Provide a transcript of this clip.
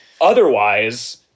Otherwise